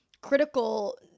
critical